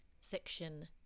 section